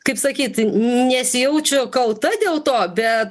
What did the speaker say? kaip sakyt nesijaučiu kalta dėl to bet